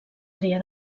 àrea